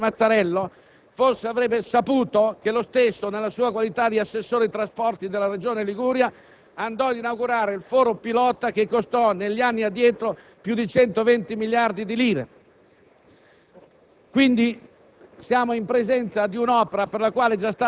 Se il ministro Bersani avesse colloquiato con il suo collega di partito, il senatore Mazzarello, forse avrebbe saputo che lo stesso, nella sua qualità di assessore ai trasporti della Regione Liguria, andò ad inaugurare il foro pilota che costò negli anni addietro più di 120 miliardi di lire.